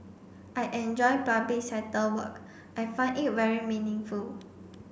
I enjoy public sector work I find it very meaningful